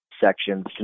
sections